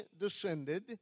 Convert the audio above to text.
descended